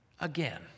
again